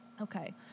Okay